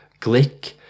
Glick